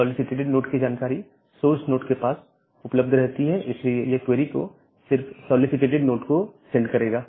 solicitated node की जानकारी source node के पास उपलब्ध रहती है इसलिए यह क्वेरी को सिर्फ सॉलीसीटेटेड नोड को सेंड करेगा